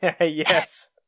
Yes